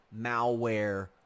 malware